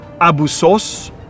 Abusos